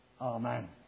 Amen